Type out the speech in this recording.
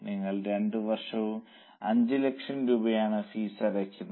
നിങ്ങൾ 2 വർഷവും 5 ലക്ഷം രൂപയാണ് ഫീസ് അടക്കുന്നത്